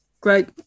great